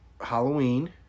Halloween